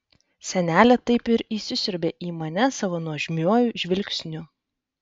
senelė taip ir įsisiurbė į mane savo nuožmiuoju žvilgsniu